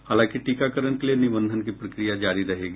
हालांकि टीकाकरण के लिए निबंधन की प्रक्रिया जारी रहेगी